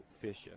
Fisher